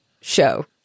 show